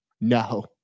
No